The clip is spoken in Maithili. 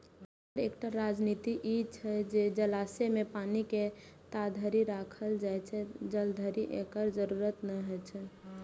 एकर एकटा रणनीति ई छै जे जलाशय मे पानि के ताधरि राखल जाए, जाधरि एकर जरूरत नै हो